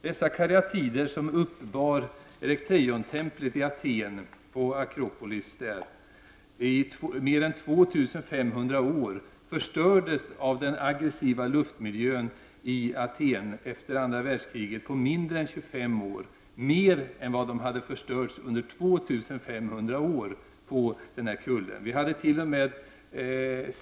Dessa karyatider uppbar 2 500 år, men den aggressiva luften i Aten efter andra världskriget har på mindre än 25 år förstört mer än vad de hade förstörts under 2 500 år. T. o.m.